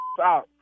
out